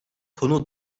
konu